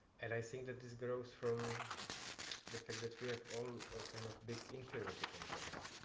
and i think that this grows from the fact that we have all kind of big inferiority complex.